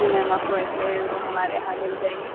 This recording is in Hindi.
जी मैम आपको ऐसे रूम हमारे यहाँ मिल जाएंगे